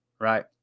right